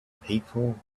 people